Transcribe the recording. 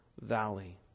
valley